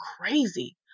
crazy